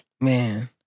Man